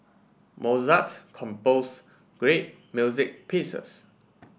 Mozart compose great music pieces